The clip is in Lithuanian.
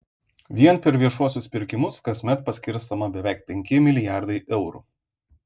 vien per viešuosius pirkimus kasmet paskirstoma beveik penki milijardai eurų